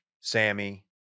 Sammy